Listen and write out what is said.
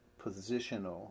positional